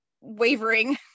wavering